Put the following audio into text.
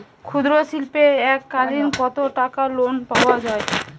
ক্ষুদ্রশিল্পের এককালিন কতটাকা লোন পাওয়া য়ায়?